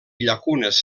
llacunes